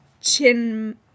chin